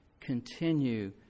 continue